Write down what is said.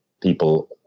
people